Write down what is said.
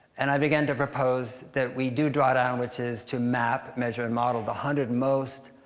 and i began to propose that we do drawdown, which is to map, measure, and model the hundred most